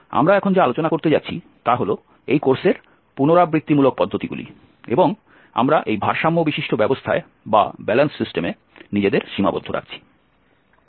আমরা এখন যা আলোচনা করতে যাচ্ছি তা হল এই কোর্সের পুনরাবৃত্তিমূলক পদ্ধতিগুলি এবং আমরা এই ভারসাম্য বিশিষ্ট ব্যবস্থায় নিজেদের সীমাবদ্ধ রাখছি